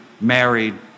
married